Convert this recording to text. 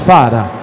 Father